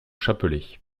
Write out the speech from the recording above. chapelet